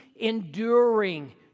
enduring